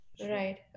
Right